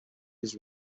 was